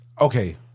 Okay